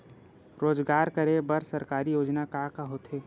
रोजगार करे बर सरकारी योजना का का होथे?